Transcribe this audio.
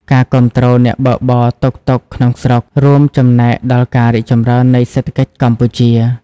ការគាំទ្រអ្នកបើកបរតុកតុកក្នុងស្រុក រួមចំណែកដល់ការរីកចម្រើននៃសេដ្ឋកិច្ចកម្ពុជា។